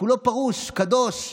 כולו פרוש, קדוש.